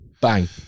Bang